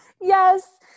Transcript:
Yes